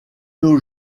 nos